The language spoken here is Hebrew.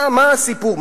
מה הסיפור?